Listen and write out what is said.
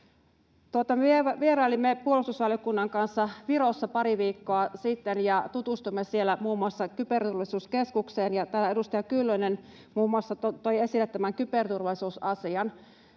Vierailimme puolustusvaliokunnan kanssa Virossa pari viikkoa sitten ja tutustuimme siellä muun muassa kyberturvallisuuskeskukseen. Täällä muun muassa edustaja Kyllönen toi esille tämän kyberturvallisuusasian.